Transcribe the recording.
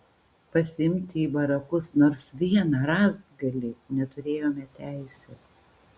pasiimti į barakus nors vieną rąstgalį neturėjome teisės